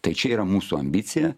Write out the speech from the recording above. tai čia yra mūsų ambicija